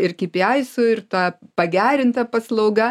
ir kipėaisu ir ta pagerinta paslauga